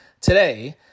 today